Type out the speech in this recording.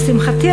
לשמחתי,